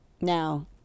Now